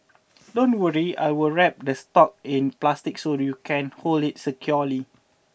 don't worry I will wrap the stalk in plastic so you can hold it securely